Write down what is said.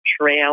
Trail